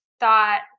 thought